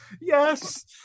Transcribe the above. yes